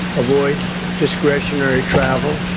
avoid discretionary travel,